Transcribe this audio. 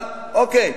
אבל אוקיי.